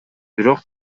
бирок